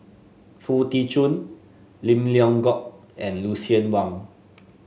Foo Tee Jun Lim Leong Geok and Lucien Wang